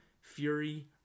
fury